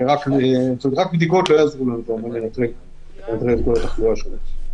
רק בדיקות לא יעזרו לנו כדי לנטרל את כל התחלואה שם.